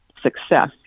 success